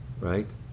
Right